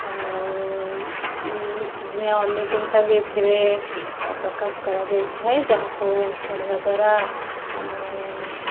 ଆଉ ନିତିଦିନିଆ ଅନୁଚିନ୍ତା ବି ଏଥିରେ ପ୍ରକାଶ କରାଯାଇଥାଏ ଯାହାକୁ ପଢ଼ିବା ଦ୍ୱାରା ଆମେ